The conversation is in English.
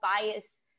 bias